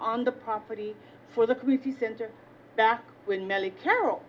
on the property for the community center back when milly carrol